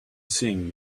seeing